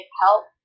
help